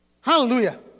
hallelujah